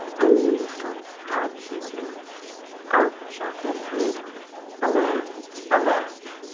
and meikle had she fleeched out shot his hand alas! alas!